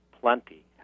plenty